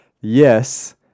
Yes